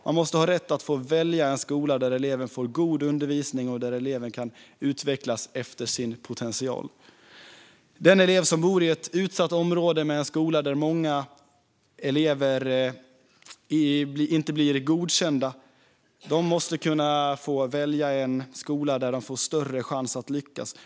Man måste ha rätt att välja en skola där eleven får god undervisning och där eleven kan utvecklas efter sin potential. Den elev som bor i ett utsatt område med en skola där många elever inte blir godkända måste få kunna välja en skola där den får större chans att lyckas.